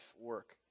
work